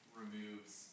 removes